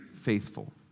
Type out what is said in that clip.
faithful